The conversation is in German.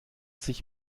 sich